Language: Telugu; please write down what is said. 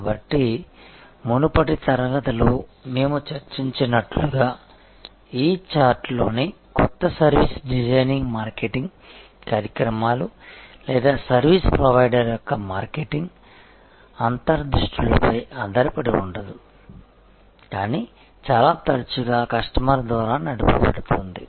కాబట్టి మునుపటి తరగతిలో మేము చర్చించినట్లుగా ఈ చార్ట్లోని కొత్త సర్వీస్ డిజైన్ మార్కెటింగ్ కార్యక్రమాలు లేదా సర్వీస్ ప్రొవైడర్ యొక్క మార్కెటింగ్ అంతర్దృష్టులపై ఆధారపడి ఉండదు కానీ చాలా తరచుగా కస్టమర్ ద్వారా నడపబడుతుంది